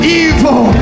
evil